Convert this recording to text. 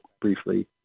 briefly